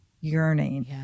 yearning